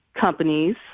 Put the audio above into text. companies